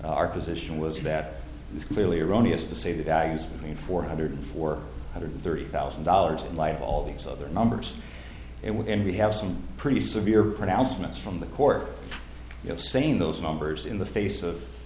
our position was that it's clearly erroneous to say the values between four hundred four hundred thirty thousand dollars in light of all these other numbers it would and we have some pretty severe pronouncements from the court you have seen those numbers in the face of